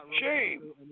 Shame